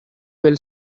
will